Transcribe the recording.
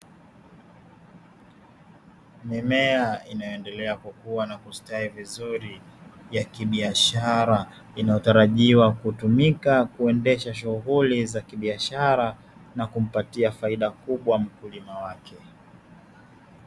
Mimea inaendelea kukua na kustawi vizuri ya kibiashara, inayotarajiwa kutumika kuendesha shughuli za kibiashara na kumpatia faida kubwa mkulima wake.